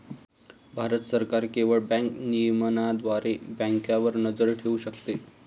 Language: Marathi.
भारत सरकार केवळ बँक नियमनाद्वारे बँकांवर नजर ठेवू शकते